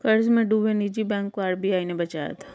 कर्ज में डूबे निजी बैंक को आर.बी.आई ने बचाया था